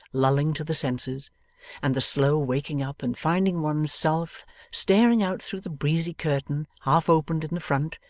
lulling to the senses and the slow waking up, and finding one's self staring out through the breezy curtain half-opened in the front,